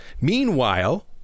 Meanwhile